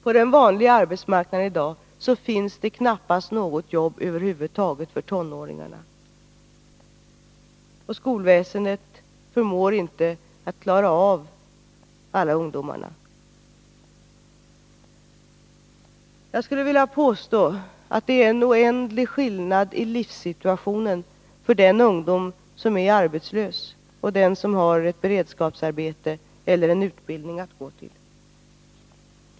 På den vanliga arbetsmarknaden i dag finns det knappast något jobb över huvud taget för tonåringarna. Och skolväsendet förmår inte att klara av alla ungdomarna. Jag skulle vilja påstå att det är en oändlig skillnad i livssituationen mellan den ungdom som är arbetslös och den som har ett beredskapsarbete eller en utbildning att gå till.